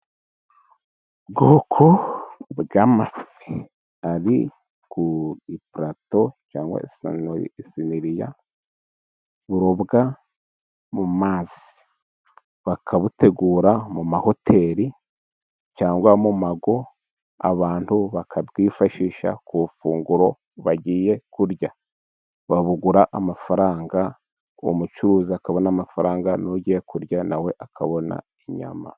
Ubwoko bw'amafi ari ku ipalato cyangwa isahane bayita isiniya burobwa mu mazi, bakabutegura mu mahoteli cyangwa mu mago abantu bakabwifashisha ku ifunguro bagiye kurya. Babugura amafaranga uwo mucuruzi akabona amafaranga, n'ugiye kurya nawe akabona inyama.